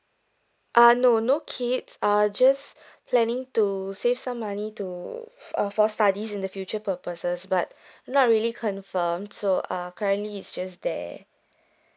uh no no kids ah just planning to save some money to uh for studies in the future purposes but not really confirm so uh currently is just there